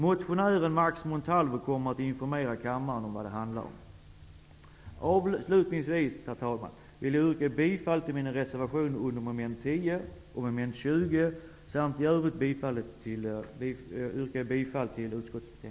Motionären Max Montalvo kommer att informera kammaren om vad det handlar om. Avslutningsvis, herr talman, vill jag yrka bifall till mina reservationer under mom. 10 och mom. 20, och i övrigt bifall till utskottets hemställan.